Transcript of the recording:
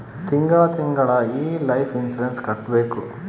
ತಿಂಗಳ ತಿಂಗಳಾ ಈ ಲೈಫ್ ಇನ್ಸೂರೆನ್ಸ್ ಕಟ್ಬೇಕು